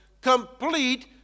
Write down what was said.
complete